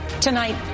Tonight